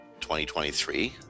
2023